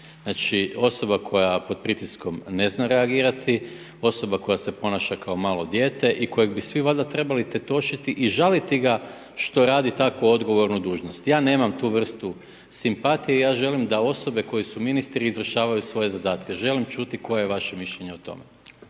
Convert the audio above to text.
Znači, osoba koja pod pritiskom ne zna reagirati, osoba koja se ponaša kao malo dijete i kojeg bi svi valjda trebali tetošiti i žaliti ga što radi tako odgovornu dužnost. Ja nemam tu vrstu simpatije, ja želim da osobe koje su ministri, izvršavaju svoje zadatke, želim čuti koje je vaše mišljenje o tome.